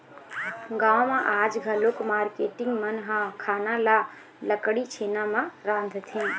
गाँव म आज घलोक मारकेटिंग मन ह खाना ल लकड़ी, छेना म रांधथे